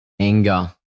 anger